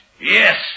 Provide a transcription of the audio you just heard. Yes